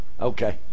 Okay